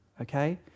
okay